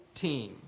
team